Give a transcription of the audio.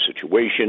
situation